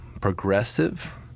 progressive